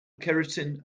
keratin